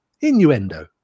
innuendo